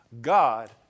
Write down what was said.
God